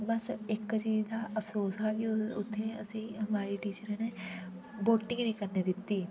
बस इक चीज दा अफसोस हा की उत्थै अस्सी हमारे टिचरे ने वोटिंग नी करन दित्ती